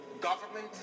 government